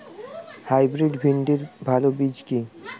Hybrid ভিন্ডির ভালো বীজ কি?